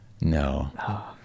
No